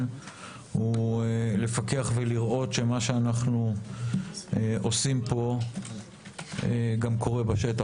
הוא לפקח ולראות שמה שאנחנו עושים פה גם קורה בשטח.